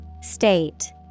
State